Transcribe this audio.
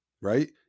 right